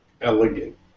elegant